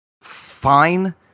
fine